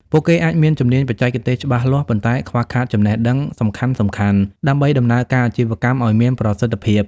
ពួកគេអាចមានជំនាញបច្ចេកទេសច្បាស់លាស់ ប៉ុន្តែខ្វះខាតចំណេះដឹងសំខាន់ៗដើម្បីដំណើរការអាជីវកម្មឱ្យមានប្រសិទ្ធភាព។